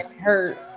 hurt